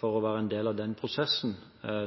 for å være en del av den prosessen